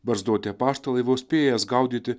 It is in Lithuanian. barzdoti apaštalai vos spėja jas gaudyti